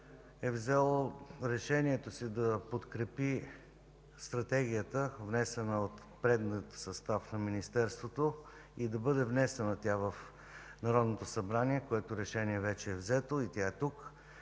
е взело решение да подкрепи Стратегията, внесена от предния състав на Министерството, и тя да бъде внесена в Народното събрание. Решението вече е взето, и тя е тук